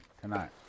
tonight